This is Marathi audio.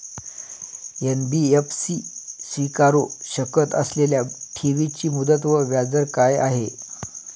एन.बी.एफ.सी स्वीकारु शकत असलेल्या ठेवीची मुदत व व्याजदर काय आहे?